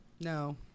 No